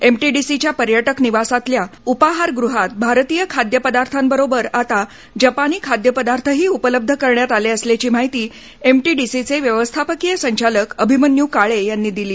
एमटीडीसीच्या पर्यटक निवासातल्या उपाहारगृहात भारतीय खाद्यपदार्थांबरोबर आता जपानी खाद्यपदार्थही उपलब्ध करण्यात आले असल्याची माहिती एमटीडीसीचे व्यवस्थापकीय संचालक अभिमन्यू काळे यांनी दिली